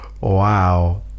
Wow